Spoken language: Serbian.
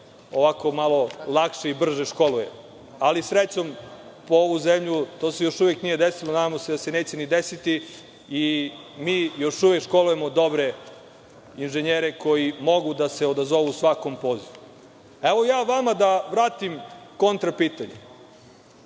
ovako malo lakše i brže školujemo. Srećom po ovu zemlju, to se još uvek nije desilo i nadamo se da se neće ni desiti. Mi još uvek školujemo dobre inženjere koji mogu da se odazovu svakom pozivu. Evo, da vratim kontra pitanje.